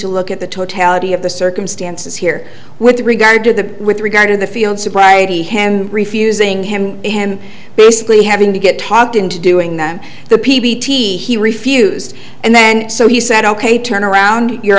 to look at the totality of the circumstances here with regard to the with regard to the field sobriety him refusing him and basically having to get talked into doing them the p b t he refused and then so he said ok turn around you're